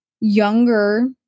younger